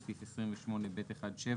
בסעיף 28(ב1)(6),